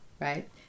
right